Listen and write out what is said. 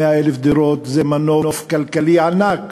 100,000 דירות זה מנוף כלכלי ענק